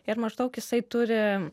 ir maždaug jisai turi